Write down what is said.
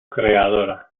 creadora